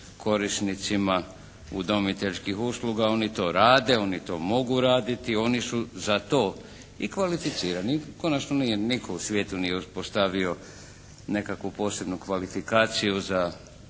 korisnicima udomiteljskih usluga. Oni to rade, oni to mogu raditi, oni su za to i kvalificirani. I konačno nitko u svijetu nije uspostavio nekakvu posebnu kvalifikaciju za